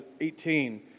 18